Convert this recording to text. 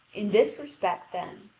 in this respect, then,